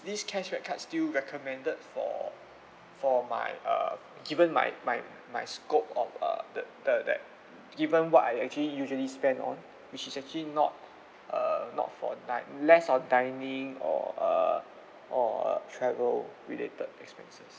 this cashback cards still recommended for for my uh given my my my scope of uh the the that given what I actually usually spend on which is actually not uh not for dine less of dining or uh or uh travel related expenses